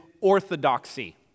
orthodoxy